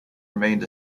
remained